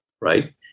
Right